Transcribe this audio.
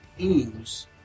ooze